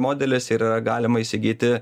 modelis ir galima įsigyti